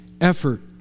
effort